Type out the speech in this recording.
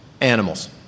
animals